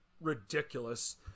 ridiculous